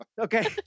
Okay